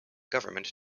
government